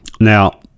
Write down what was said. now